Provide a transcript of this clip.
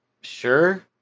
sure